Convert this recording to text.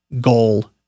goal